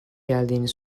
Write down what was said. geldiğini